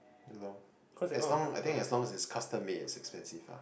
as long I think as long is custom made is expensive lah